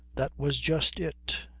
that was just it.